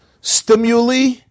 stimuli